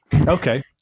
Okay